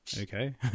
okay